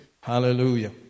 Hallelujah